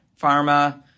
pharma